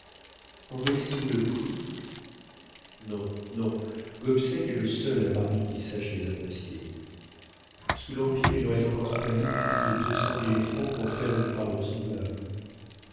en connaissez-vous le prix non non gobseck est le seul à paris qui sache les apprécier sous l'empire il aurait encore fallu plus de deux cent mille francs pour faire une parure semblable